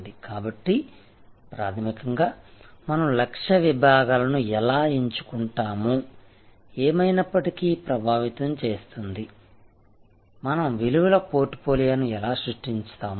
కాబట్టి ప్రాథమికంగా మనం లక్ష్య విభాగాలను ఎలా ఎంచుకుంటాము ఏమైనప్పటికీ ప్రభావితం చేస్తుంది మన విలువల పోర్ట్ఫోలియోను ఎలా సృష్టిస్తాము